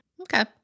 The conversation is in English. Okay